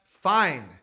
fine